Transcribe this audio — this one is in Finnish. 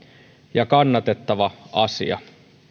ja kannatettava asia